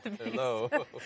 Hello